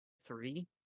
three